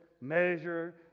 measure